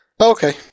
Okay